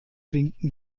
winkten